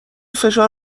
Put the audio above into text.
فشار